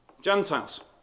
Gentiles